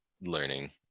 learning